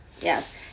yes